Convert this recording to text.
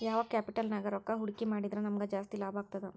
ಯಾವ್ ಕ್ಯಾಪಿಟಲ್ ನ್ಯಾಗ್ ರೊಕ್ಕಾ ಹೂಡ್ಕಿ ಮಾಡಿದ್ರ ನಮಗ್ ಜಾಸ್ತಿ ಲಾಭಾಗ್ತದ?